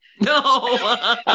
No